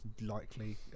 likely